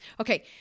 Okay